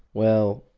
well,